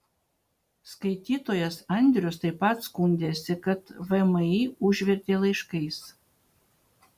skaitytojas andrius taip pat skundėsi kad vmi užvertė laiškais